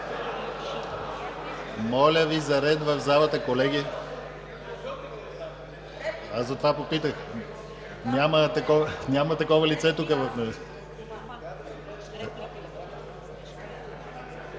моля Ви за ред в залата, колеги. Аз затова попитах, няма такова лице тук.